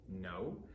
No